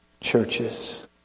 churches